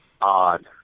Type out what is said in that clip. odd